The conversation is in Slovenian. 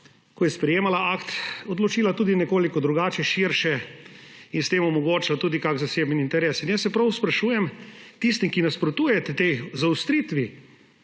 ko je sprejemala akt, odločila tudi nekoliko drugače, širše, s tem pa je omogočila tudi kak zaseben interes. Jaz se prav sprašujem, tisti, ki nasprotujete tej zaostritvi